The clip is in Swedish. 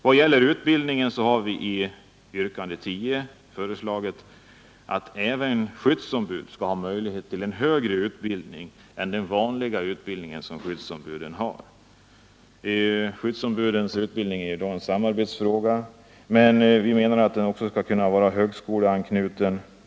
Vad beträffar utbildning har vi i yrkandet 10 föreslagit att även skyddsombud skall ha möjlighet till en högre utbildning än den vanliga utbildning de nu har. Skyddsombudens utbildning är i dag en samarbetsfråga, men vi menar att utbildningen också skall kunna vara högskoleanknuten.